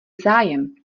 zájem